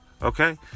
Okay